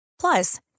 Plus